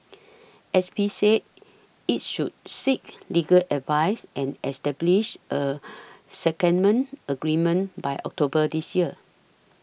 S P said it should seek legal advice and establish a secondment agreement by October this year